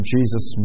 Jesus